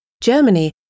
Germany